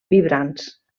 vibrants